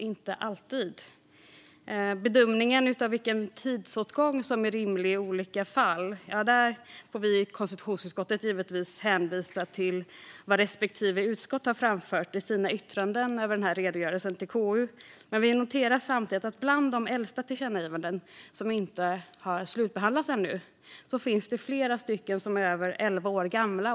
När det gäller bedömningen av vilken tidsåtgång som är rimlig i olika fall får vi i konstitutionsutskottet givetvis hänvisa till vad respektive utskott har framfört i sina yttranden över redogörelsen till KU. Vi noterar samtidigt att det bland de äldsta tillkännagivanden som ännu inte har slutbehandlats finns flera som är över elva år gamla.